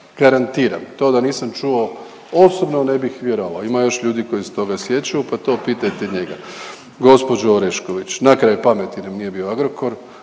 Garantiram. To da nisam čuo osobno ne bih vjerovao. Ima još ljudi koji se toga sjećaju pa to pitajte njega. Gospođo Orešković, na kraj pameti nam nije bio Agrokor,